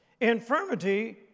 Infirmity